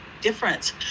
difference